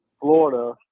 Florida